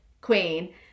queen